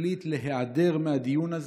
החליט להיעדר מהדיון הזה.